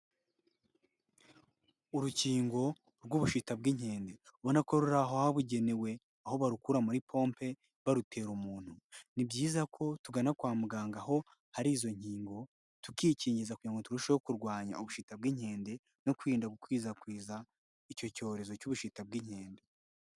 Urukingo rw'ubushita bw'inkende ubona ko ruri ahabugenewe aho barukura muri pompe barutera umuntu. Ni byiza ko tugana kwa muganga ho hari izo nkingo tukikingiza kugira ngo turusheho kurwanya ubushita bw'inkende no kwirinda gukwirakwiza icyo cyorezo cy'ubushita bw'inkende.